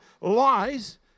lies